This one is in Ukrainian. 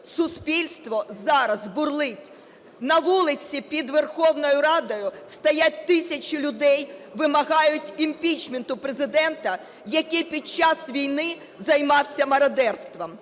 Суспільство зараз бурлить. На вулиці під Верховною Радою стоять тисячі людей, вимагають імпічменту Президента, який під час війни займався мародерством.